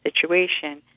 situation